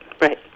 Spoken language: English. right